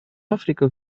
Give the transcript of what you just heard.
африка